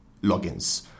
logins